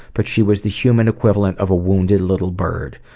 but she was the human equivalent of a wounded, little bird.